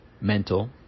mental